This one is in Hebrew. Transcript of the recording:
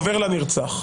עובר לנרצח,